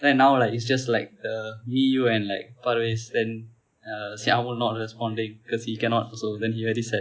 then now like is just like the me you and like parves then uh syamul not responding cause he cannot also then he very sad